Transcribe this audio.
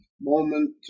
moment